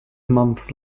months